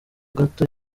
gato